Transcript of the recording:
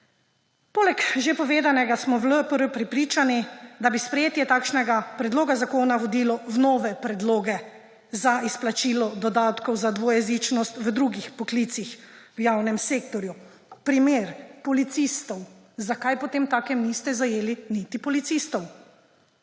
Poleg že povedanega smo v LMŠ prepričani, da bi sprejetje takšnega predloga zakona vodilo v nove predloge za izplačilo dodatkov za dvojezičnost v drugih poklicih v javnem sektorju. Primer policistov – zakaj potemtakem niste zajeli niti policistov?